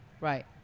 Right